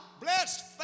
blessed